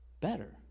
better